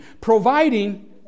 providing